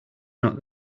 not